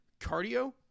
cardio